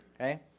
Okay